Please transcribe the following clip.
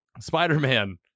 Spider-Man